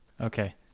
Okay